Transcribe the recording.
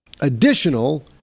additional